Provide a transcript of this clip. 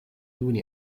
دون